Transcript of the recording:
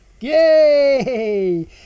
yay